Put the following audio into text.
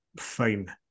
Fine